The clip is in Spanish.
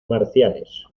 marciales